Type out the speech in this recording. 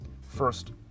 First